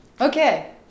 Okay